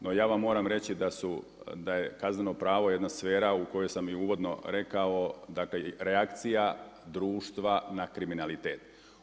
No ja vam moram reći da je kazneno pravo jedna sfera o kojoj sam uvodno rekao dakle reakcija društva na kriminalitet.